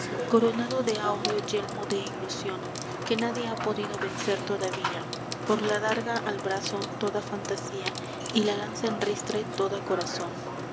coronado de áureo yelmo de ilusión que nadie ha podido vencer todavía por la adarga al brazo toda fantasía y la lanza en ristre toda corazón